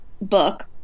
book